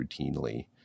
routinely